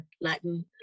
Latin